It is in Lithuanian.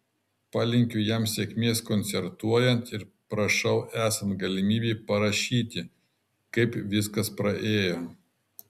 palinkiu jam sėkmės koncertuojant ir prašau esant galimybei parašyti kaip viskas praėjo